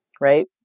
Right